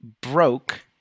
Broke